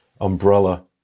umbrella